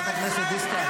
חברת הכנסת דיסטל,